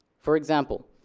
for example,